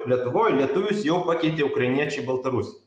lietuvoj lietuvius jau pakeitė ukrainiečiai baltarusiai